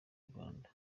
rwanda